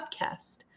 Podcast